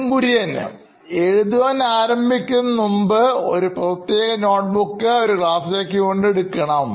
Nithin Kurian COO Knoin Electronics എഴുതുവാൻ ആരംഭിക്കുന്നതിന് മുമ്പ്ഒരു പ്രത്യേക നോട്ട്ബുക്ക് ഒരു ക്ലാസ്സിലേക്ക് വേണ്ടി എടുക്കണം